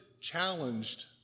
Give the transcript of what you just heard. challenged